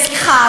סליחה.